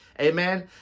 Amen